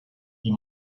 die